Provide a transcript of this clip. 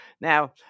Now